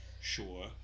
Sure